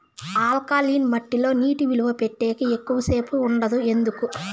alkaline మట్టి లో నీటి నిలువ పెట్టేకి ఎక్కువగా సేపు ఉండదు ఎందుకు